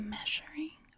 Measuring